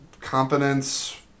Competence